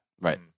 Right